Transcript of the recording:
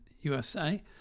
USA